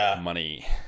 money